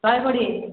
ଶହେ କୋଡ଼ିଏ